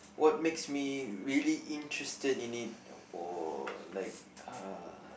what makes me really interested in it or like uh